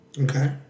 Okay